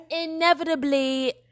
inevitably